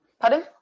Pardon